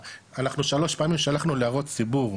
אנחנו שלוש פעמים שלחנו להערות ציבור,